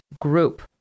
group